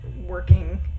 working